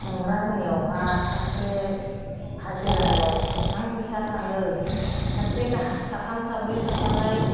हेंग्रा होनायावहा सासे हाजिरानियाव बेसेबां फैसा थाङो सासे साथाम साब्रै थांबालाय